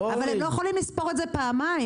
אבל הם לא יכולים לספור את זה פעמיים.